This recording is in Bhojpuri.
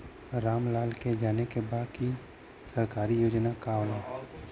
राम लाल के जाने के बा की सरकारी योजना का होला?